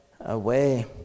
away